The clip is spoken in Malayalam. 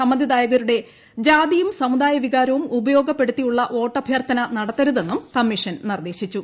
സമ്മതിദാകരുടെ ജാതിയും സമുദായ വികാരവും ഉപയോഗപ്പെടു ത്തിയുള്ള വോട്ടഭ്യർത്ഥന നടത്തരുതെന്നും കമ്മീഷൻ നിർദേശി ച്ചു